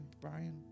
Brian